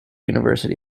university